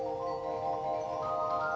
or